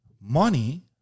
money